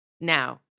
Now